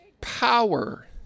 power